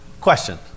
question